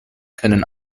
können